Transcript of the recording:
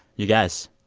you guys,